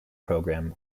program